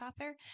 author